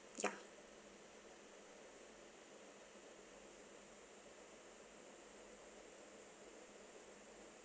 ya